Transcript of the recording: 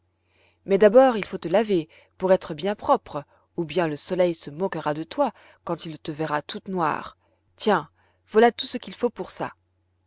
mais d'abord il faut te laver pour être bien propre ou bien le soleil se moquera de toi quand il te verra toute noire tiens voilà tout ce qu'il faut pour ça